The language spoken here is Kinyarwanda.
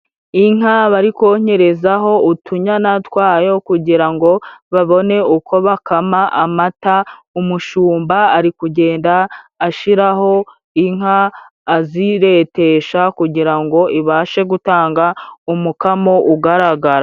Inka barikokererezaho utunyana twayo kugira ngo babone uko bakama amata. Umushumba ari kugenda ashiraho inka aziretesha, kugira ngo ibashe gutanga umukamo ugaragara.